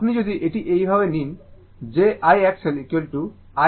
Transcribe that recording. আপনি যদি এটি এই ভাবে নেন j I XL I XL